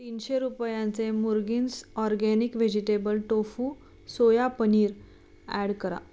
तीनशे रुपयांचे मुर्गिन्स organic vegetable tofu soya paneer add करा